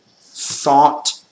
thought